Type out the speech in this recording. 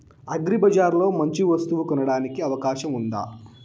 అగ్రిబజార్ లో మంచి వస్తువు కొనడానికి అవకాశం వుందా?